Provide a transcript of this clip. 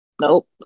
Nope